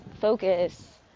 focus